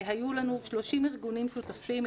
היו לנו 30 ארגונים שותפים,